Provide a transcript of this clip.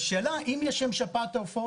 השאלה היא אם יש או אין להם שפעת עופות.